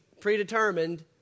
predetermined